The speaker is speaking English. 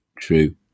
True